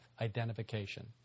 Identification